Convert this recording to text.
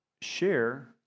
share